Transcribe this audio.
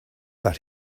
but